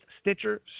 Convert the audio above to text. Stitcher